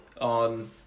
on